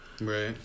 Right